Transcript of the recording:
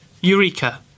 Eureka